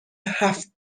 هفت